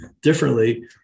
differently